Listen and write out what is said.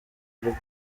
urugo